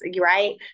right